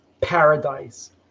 paradise